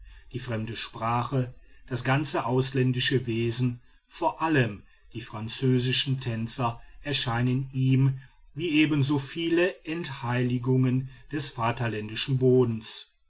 die fremde sprache das ganze ausländische wesen vor allem die französischen tänzer erscheinen ihm wie ebenso viele entheiligungen des vaterländischen bodens